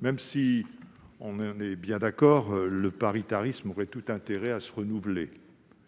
même si, on est bien d'accord, celui-ci aurait tout intérêt à se renouveler.